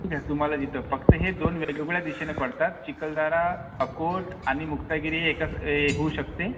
ठीक आहे तुम्हाला जिथं फक्त हे दोन वेगवेगळ्या दिशेने पडतात चिखलदरा अकोट आणि मुक्तागिरी हे एकाच होऊ शकते